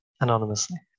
anonymously